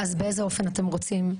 אז באיזה אופן אתם רוצים?